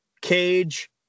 Cage